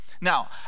Now